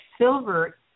silver